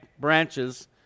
branches